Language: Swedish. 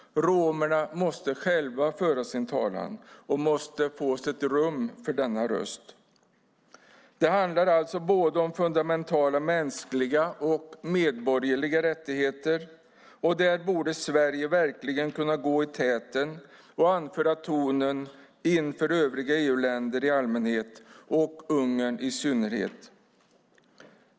Romerna måste själva föra sin talan och måste få ett rum för denna röst. Det handlar om fundamentala mänskliga och medborgerliga rättigheter. Här borde Sverige kunna gå i täten och anslå tonen inför övriga EU-länder i allmänhet och Ungern i synnerhet.